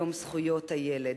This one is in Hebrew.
יום זכויות הילד.